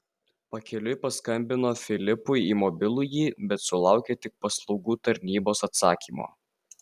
pakeliui paskambino filipui į mobilųjį bet sulaukė tik paslaugų tarnybos atsakymo